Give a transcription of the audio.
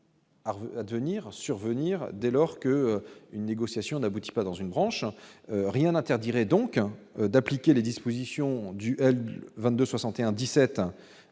Devenir survenir dès lors que, une négociation n'aboutit pas dans une branche rien n'interdirait donc un d'appliquer les dispositions du 22 61 17